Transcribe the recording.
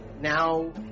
now